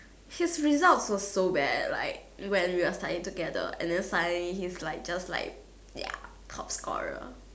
his results were so bad like when we were studying together and then suddenly he's like just like ya top scorer